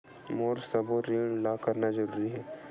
मोला सबो ऋण ला करना जरूरी हे?